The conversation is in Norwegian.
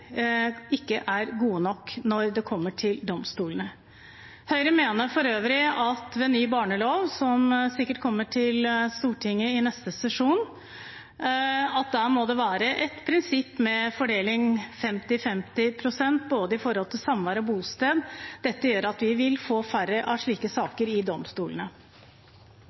ikke er gode nok når de kommer til domstolene. Høyre mener for øvrig at ved ny barnelov, som sikkert kommer til Stortinget i neste sesjon, må det være et prinsipp med fordeling på 50/50 pst. når det gjelder både samvær og bosted. Dette gjør at vi vil få færre slike saker i domstolene.